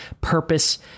purpose